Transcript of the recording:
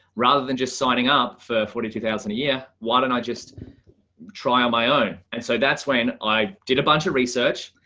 rather than just signing up for forty two thousand a year. why don't i just try on my own. and so that's when i did a bunch of research.